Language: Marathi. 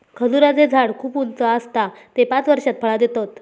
खजूराचें झाड खूप उंच आसता ते पांच वर्षात फळां देतत